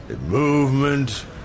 Movement